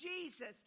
Jesus